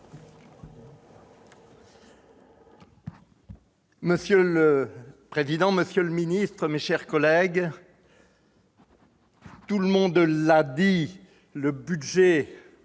Monsieur le président, monsieur le ministre, mes chers collègues, tout le monde l'a dit : le budget